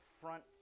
front